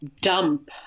dump